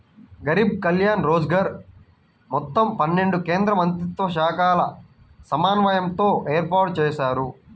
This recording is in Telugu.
గరీబ్ కళ్యాణ్ రోజ్గర్ మొత్తం పన్నెండు కేంద్రమంత్రిత్వశాఖల సమన్వయంతో ఏర్పాటుజేశారు